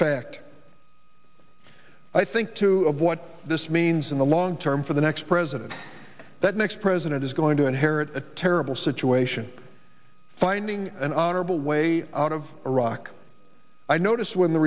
fact i think too of what this means in the long term for the next president that next president is going to inherit a terrible situation finding an honorable way out of iraq i notice when the